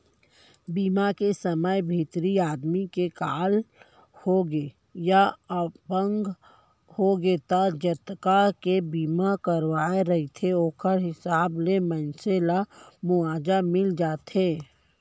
बीमा के समे भितरी आदमी के काल होगे या अपंग होगे त जतका के बीमा करवाए रहिथे ओखर हिसाब ले मनसे ल मुवाजा मिल जाथे